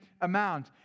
amount